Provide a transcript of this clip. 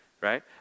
Right